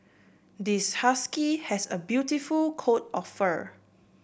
this husky has a beautiful coat of fur